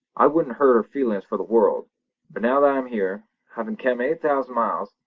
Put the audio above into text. i wouldn't hurt her feelin's for the world but now that i am here, havin' kem eight thousand miles,